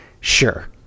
sure